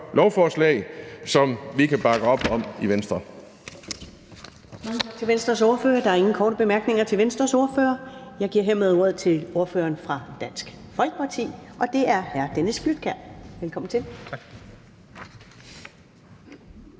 vejen, som vi kan bakke op om i Venstre.